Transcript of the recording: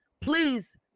please